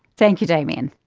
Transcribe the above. thank you damien.